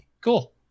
cool